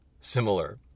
similar